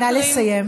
נא לסיים.